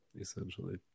essentially